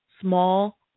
small